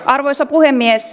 arvoisa puhemies